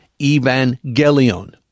evangelion